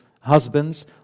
husbands